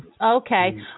Okay